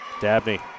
Dabney